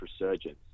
resurgence